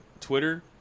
twitter